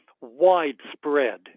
widespread